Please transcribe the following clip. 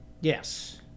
yes